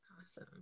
Awesome